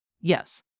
Yes